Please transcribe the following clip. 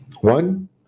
One